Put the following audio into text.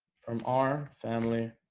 from our family